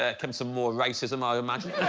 ah come some more racism i imagine